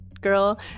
girl